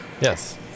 Yes